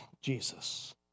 Jesus